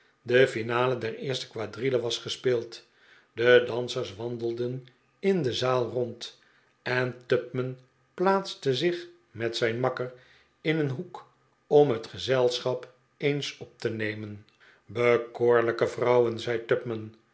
de finale der eerste quadrille was gespeeld de dansers wandelden in de zaal rond en tupman plaatste zich met zijn makker in een hoek om het gezelschap eehs op te nemen bekoorlijke vrouwen zei